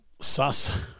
Suss